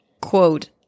Quote